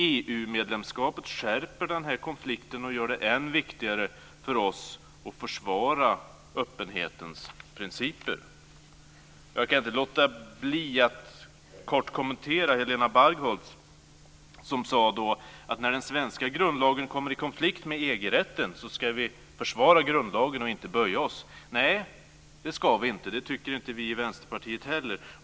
EU medlemskapet skärper den här konflikten och gör det än viktigare för oss att försvara öppenhetens principer. Jag kan inte låta bli att kort kommentera det Helena Bargholtz sade, att när den svenska grundlagen kommer i konflikt med EG-rätten ska vi försvara grundlagen och inte böja oss. Nej, det ska vi inte. Det tycker inte heller vi i Vänsterpartiet.